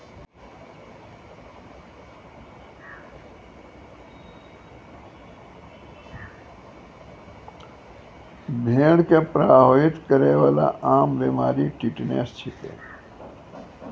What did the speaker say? भेड़ क प्रभावित करै वाला आम बीमारी टिटनस छिकै